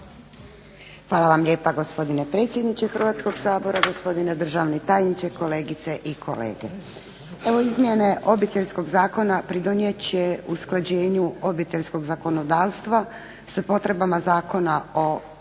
Hvala vam lijepa gospodine predsjedniče Hrvatskog sabora, gospodine državni tajniče, kolegice i kolege.